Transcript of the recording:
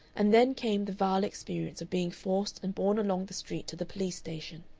and then came the vile experience of being forced and borne along the street to the police-station.